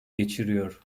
geçiriyor